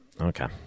Okay